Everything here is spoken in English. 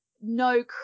no